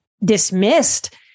dismissed